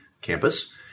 campus